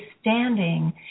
standing